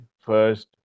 first